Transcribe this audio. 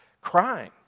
crying